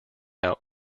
out